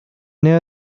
near